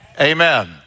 Amen